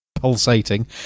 pulsating